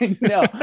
no